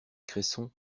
cresson